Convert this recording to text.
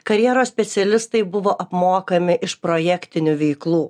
karjeros specialistai buvo apmokami iš projektinių veiklų